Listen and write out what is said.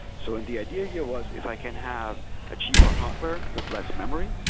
so and the idea here was if i can have a cheaper hardware with less memory,